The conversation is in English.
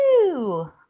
Woo